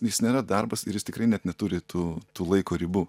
jis nėra darbas ir jis tikrai net neturi tų tų laiko ribų